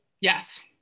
yes